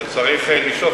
וצריך לשאוף,